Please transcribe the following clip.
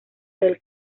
del